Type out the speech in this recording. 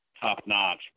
top-notch